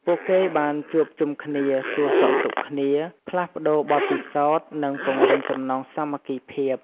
ពួកគេបានជួបជុំគ្នា សួរសុខទុក្ខគ្នា ផ្លាស់ប្តូរបទពិសោធន៍ និងពង្រឹងចំណងសាមគ្គីភាព។